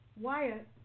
Wyatt